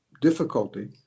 difficulty